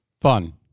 Fun